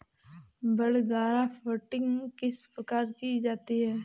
बड grafting किस प्रकार की जाती है?